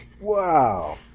Wow